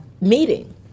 meeting